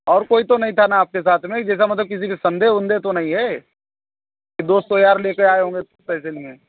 और कोई तो नहीं था ना आपके साथ में जैसा मतलब की किसी के संदेह उंदेह तो नहीं है की दोस्तों यार लेकर आए होंगे है